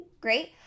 Great